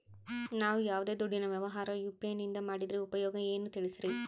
ನಾವು ಯಾವ್ದೇ ದುಡ್ಡಿನ ವ್ಯವಹಾರ ಯು.ಪಿ.ಐ ನಿಂದ ಮಾಡಿದ್ರೆ ಉಪಯೋಗ ಏನು ತಿಳಿಸ್ರಿ?